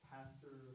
Pastor